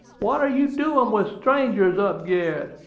what are you doin' with strangers up gerret,